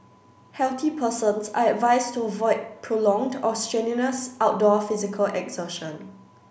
healthy persons are advised to avoid prolonged or strenuous outdoor physical exertion